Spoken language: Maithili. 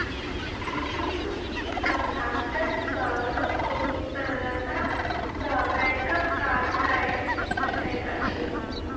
विद्युत हस्तांतरण सॅ लोक बहुत सरलता सॅ बैंकक काज कय सकैत अछि